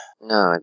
No